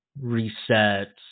reset